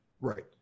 Right